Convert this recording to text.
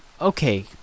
okay